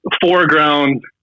foreground